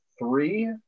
three